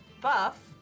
buff